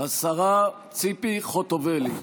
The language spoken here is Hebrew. השרה ציפי חוטובלי.